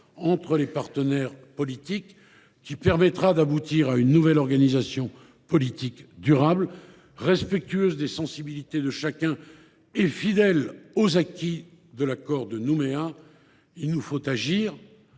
entre les partenaires politiques afin d’aboutir à une nouvelle organisation politique durable respectueuse des sensibilités de chacun et fidèle aux acquis de l’accord de Nouméa, il nous faut agir